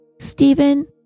Stephen